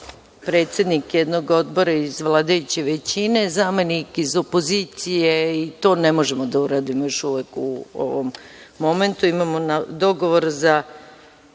predsednik jednog odbora iz vladajuće većine, zamenik iz opozicije, i to ne možemo da uradimo još uvek u ovom momentu. Imamo dogovor za